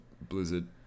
Blizzard